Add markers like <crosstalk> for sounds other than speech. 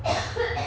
<coughs>